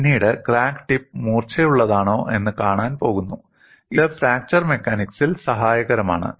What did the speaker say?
പിന്നീട് crack tip മൂർച്ചയുള്ളതാണോ എന്ന് കാണാൻ പോകുന്നു ഇത് ഫ്രാക്ചർ മെക്കാനിക്സിൽ സഹായകരമാണ്